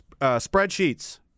spreadsheets